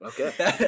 Okay